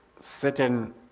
certain